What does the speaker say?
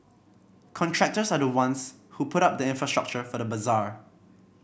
contractors are the ones who put up the infrastructure for the bazaar